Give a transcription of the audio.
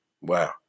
Wow